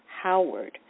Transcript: Howard